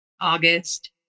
august